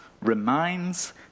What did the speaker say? reminds